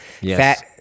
yes